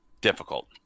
difficult